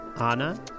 Anna